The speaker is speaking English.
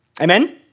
Amen